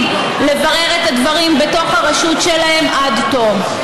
לברר את הדברים בתוך הרשות שלהם עד תום.